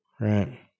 Right